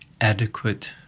adequate